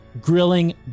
Grilling